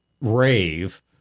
rave